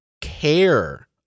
care